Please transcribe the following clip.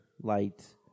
light